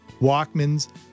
Walkmans